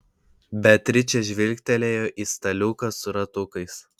beatričė žvilgtelėjo į staliuką su ratukais